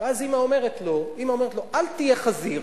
ואז אמא אומרת לו: אל תהיה חזיר,